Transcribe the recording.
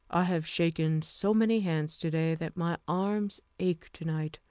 i have shaken so many hands to-day that my arms ache tonight.